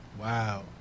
Wow